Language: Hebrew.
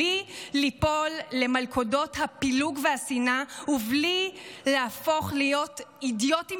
בלי ליפול למלכודות הפילוג והשנאה ובלי להפוך להיות אידיוטים